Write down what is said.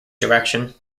direction